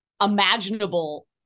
imaginable